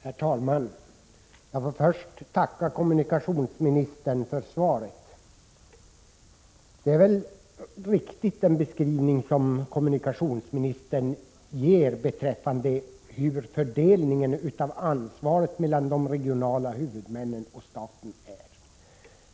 Herr talman! Jag vill först tacka kommunikationsministern för svaret. Den beskrivning som kommunikationsministern ger beträffande hur fördelningen av ansvaret mellan de regionala huvudmännen och staten är stämmer förmodligen.